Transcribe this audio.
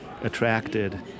attracted